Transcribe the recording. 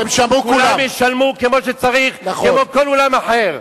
כולם ישלמו כמו שצריך, כמו כל אולם אחר.